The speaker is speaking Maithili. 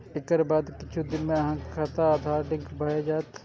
एकर बाद किछु दिन मे अहांक खाता आधार सं लिंक भए जायत